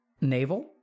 navel